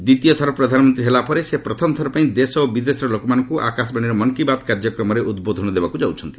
ଦ୍ୱିତୀୟ ଥର ପ୍ରଧାନମନ୍ତ୍ରୀ ହେଲା ପରେ ସେ ପ୍ରଥମ ଥରପାଇଁ ଦେଶ ଓ ବିଦେଶର ଲୋକମାନଙ୍କୁ ଆକାଶବାଣୀର ମନ୍ କୀ ବାତ୍ କାର୍ଯ୍ୟକ୍ରମରେ ଉଦ୍ବୋଧନ ଦେବାକୁ ଯାଉଛନ୍ତି